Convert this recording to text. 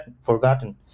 forgotten